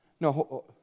No